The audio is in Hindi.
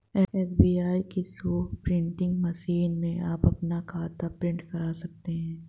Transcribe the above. एस.बी.आई किओस्क प्रिंटिंग मशीन में आप अपना खाता प्रिंट करा सकते हैं